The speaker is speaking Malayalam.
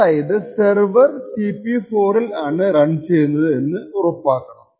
അതായതു സെർവർ CPU 4 ൽ ആണ് റൺ ചെയ്യുന്നത് എന്ന് ഉറപ്പാക്കണം